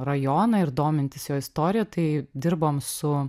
rajoną ir domintis jo istorija tai dirbom su